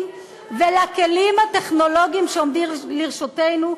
והכלים הטכנולוגיים שעומדים לרשותנו.